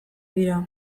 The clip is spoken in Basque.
dira